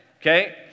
Okay